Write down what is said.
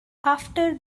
after